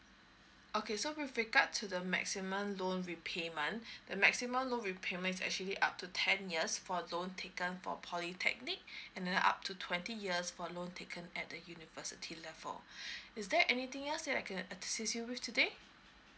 okay so with regards to the maximum loan repayment the maximum loan repayment is actually up to ten years for loan taken for polytechnic and then up to twenty years for loan taken at the university level is there anything else that I can assist you with today